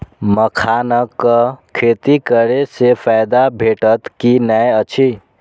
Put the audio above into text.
मखानक खेती करे स फायदा भेटत की नै अछि?